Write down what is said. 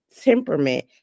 temperament